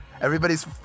everybody's